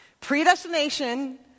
Predestination